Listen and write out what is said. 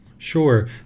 sure